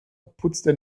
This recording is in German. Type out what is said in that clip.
putzte